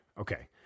Okay